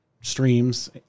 streams